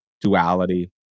duality